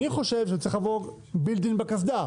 אני חושב שזה צריך לבוא built-in בקסדה,